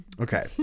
okay